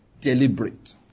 Deliberate